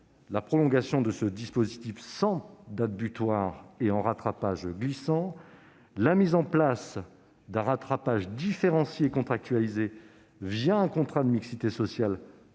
la prolongation du dispositif sans date butoir et en rattrapage glissant, la mise en place d'un rattrapage différencié et contractualisé un contrat de mixité sociale